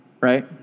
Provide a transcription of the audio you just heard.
right